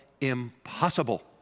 impossible